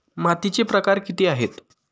मातीचे प्रकार किती आहेत?